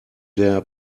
der